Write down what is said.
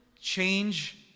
change